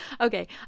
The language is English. okay